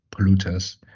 polluters